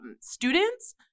students